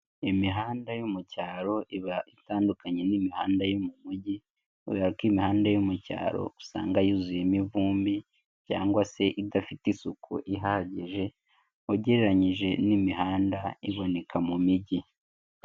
Imihanda yo mu cyaro iba itandukanye n'imihanda yo mu mujyi kubera ko imihanda yo mu cyaro usanga yuzuyemo ivumbi cyangwa se idafite isuku ihagije ugereranyije n'imihanda iboneka mu mijyi.